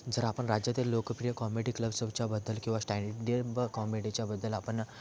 जर आपण राज्यातील लोकप्रिय कॉमेडी क्लब शोच्याबद्दल किंवा स्टँडीअब कॉमेडीच्या बद्दल आपण